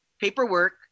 paperwork